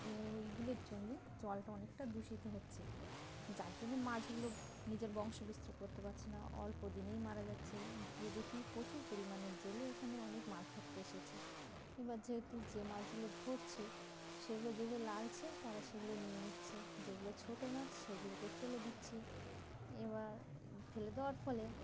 এ ওইগুলোর জন্যে জলটা অনেকটা দূষিত হচ্ছে যার জন্যে মাছগুলো নিজের বংশ বিস্তার করতে পারছে না অল্প দিনেই মারা যাচ্ছে গিয়ে দেখি প্রচুর পরিমাণে জেলে ওখানে অনেক মাছ ধরতে এসেছে এবার যেহেতু যে মাছগুলো ধরছে সেগুলো যেগুলো লাগছে তারা সেগুলো নিয়ে নিচ্ছে যেগুলো ছোটো মাছ সেগুলোকে ফেলে দিচ্ছে এবার ফেলে দেওয়ার ফলে